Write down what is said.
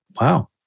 Wow